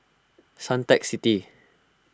Suntec City